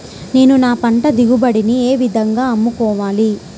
నేను నా పంట దిగుబడిని ఏ విధంగా అమ్ముకోవాలి?